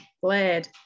glad